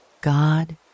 God